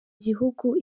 gihugu